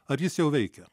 ar jis jau veikia